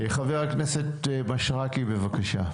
חבר הכנסת מישרקי, בבקשה.